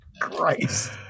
Christ